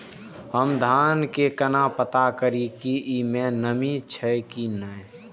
हम धान के केना पता करिए की ई में नमी छे की ने?